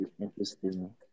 interesting